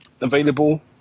available